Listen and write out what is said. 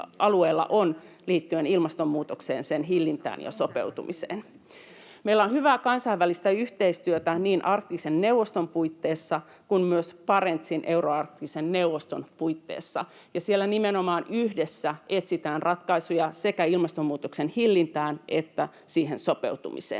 alueella on liittyen ilmastonmuutokseen, sen hillintään ja sopeutumiseen. Meillä on hyvää kansainvälistä yhteistyötä niin Arktisen neuvoston puitteissa kuin myös Barentsin euroarktisen neuvoston puitteissa, ja siellä nimenomaan yhdessä etsitään ratkaisuja sekä ilmastonmuutoksen hillintään että siihen sopeutumiseen.